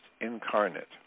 incarnate